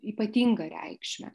ypatingą reikšmę